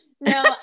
No